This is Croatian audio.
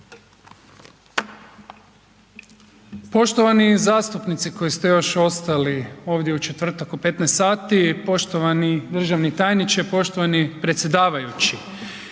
Poštovani zastupnici koji ste još ostali ovdje u četvrtak u 15 sati, poštovani državni tajniče, poštovani predsjedavajući.